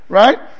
right